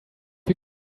you